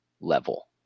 level